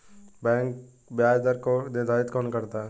Bank ब्याज दर को निर्धारित कौन करता है?